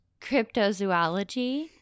Cryptozoology